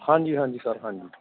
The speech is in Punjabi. ਹਾਂਜੀ ਹਾਂਜੀ ਸਰ ਹਾਂਜੀ